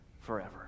forever